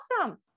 awesome